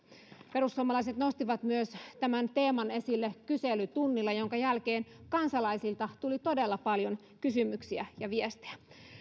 perussuomalaiset nostivat tämän teeman esille myös kyselytunnilla jonka jälkeen kansalaisilta tuli todella paljon kysymyksiä ja viestejä